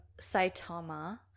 Saitama